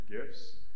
gifts